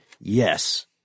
yes